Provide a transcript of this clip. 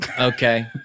Okay